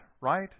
right